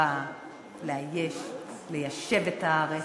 שבאה לאייש, ליישב את הארץ,